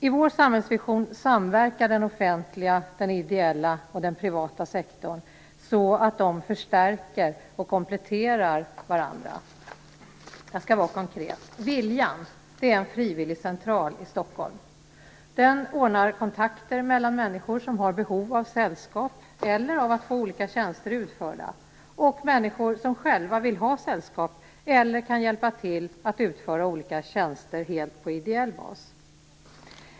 I vår samhällsvision samverkar den offentliga, den ideella och den privata sektorn så att de förstärker och kompletterar varandra. Jag skall vara konkret. "Viljan" är en frivilligcentral i Stockholm. Den ordnar kontakter mellan människor som har behov av sällskap eller av att få olika tjänster utförda och människor som själva vill ha sällskap eller kan hjälpa till att utföra olika tjänster helt på ideell bas.